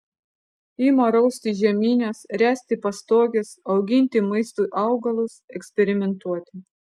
ima rausti žemines ręsti pastoges auginti maistui augalus eksperimentuoti